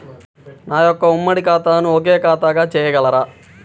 నా యొక్క ఉమ్మడి ఖాతాను ఒకే ఖాతాగా చేయగలరా?